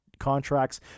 Contracts